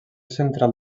central